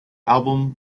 album